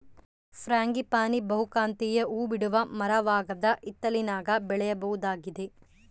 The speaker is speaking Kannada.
ಫ್ರಾಂಗಿಪಾನಿ ಬಹುಕಾಂತೀಯ ಹೂಬಿಡುವ ಮರವಾಗದ ಹಿತ್ತಲಿನಾಗ ಬೆಳೆಯಬಹುದಾಗಿದೆ